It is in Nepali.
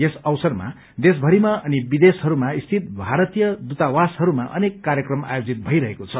यस अवसरमा देशभरिमा अनि विदेशहरूमा स्थित भारतीय दूतावासहरूमा अनेक कार्यक्रम आयोजित भइरहेको छ